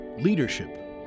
Leadership